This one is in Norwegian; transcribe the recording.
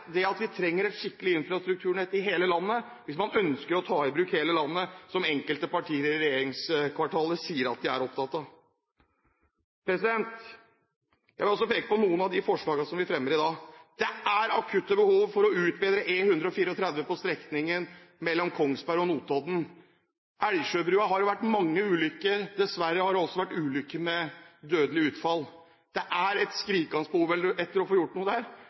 at vi trenger et skikkelig infrastrukturnett i hele landet, hvis man ønsker å ta i bruk hele landet, som enkelte partier i regjeringskvartalet sier de er opptatt av. Jeg vil også peke på noen av de forslagene vi fremmer i dag. Det er akutte behov for å utbedre E134 på strekningen mellom Kongsberg og Notodden. På brua ved Elgsjø har det vært mange ulykker. Dessverre har det også vært ulykker med dødelig utfall. Det er et skrikende behov etter å få gjort noe der.